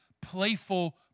playful